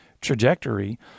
trajectory